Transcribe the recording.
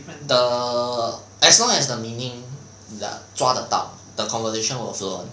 the as long as the meaning 抓得到 the conversation will flow [one]